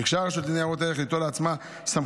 ביקשה הרשות לניירות ערך ליטול לעצמה סמכויות